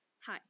Hi